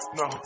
no